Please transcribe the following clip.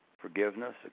forgiveness